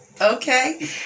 Okay